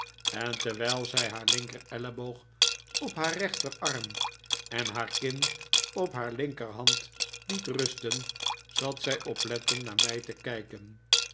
en terwijl zij haar linker elleboog op haar rechterarm en haar kin op haar linkerhand liet rusten zat zij oplettend naar mij te kijken